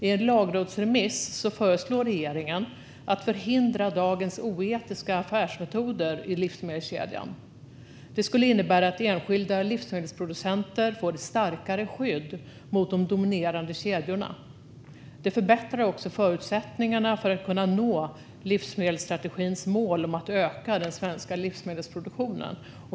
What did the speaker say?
I en lagrådsremiss föreslår regeringen att oetiska affärsmetoder i livsmedelskedjan ska förhindras. Det skulle innebära att enskilda livsmedelsproducenter får ett starkare skydd mot de dominerande kedjorna. Det förbättrar också förutsättningarna för att nå livsmedelsstrategins mål om att öka den svenska livsmedelsproduktionen.